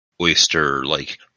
oyster-like